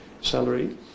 salary